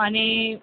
અને